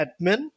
admin